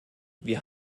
wir